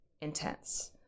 intense